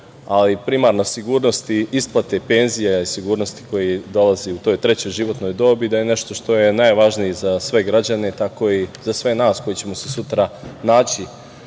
ali primarne sigurnosti isplate penzija i sigurnosti koja dolazi u toj trećoj životnoj dobi da je nešto što je najvažnije za građane, tako i za sve nas koji ćemo se sutra naći